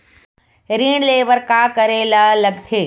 ऋण ले बर का करे ला लगथे?